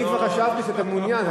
אני כבר חשבתי שאתה מעוניין.